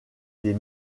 des